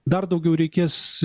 dar daugiau reikės